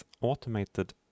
automated